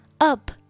up